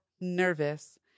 nervous